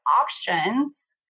options